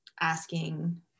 asking